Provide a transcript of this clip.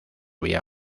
vía